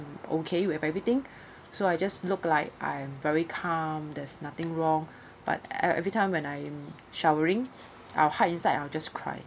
okay with everything so I just look like I'm very calm there's nothing wrong but ev~ every time when I'm showering I will hide inside I will just cry